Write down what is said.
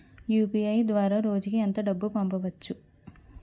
UPI ద్వారా రోజుకి ఎంత డబ్బు పంపవచ్చు?